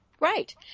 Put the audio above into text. Right